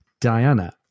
Diana